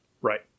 Right